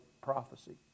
prophecy